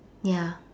ya